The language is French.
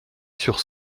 sur